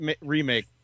remake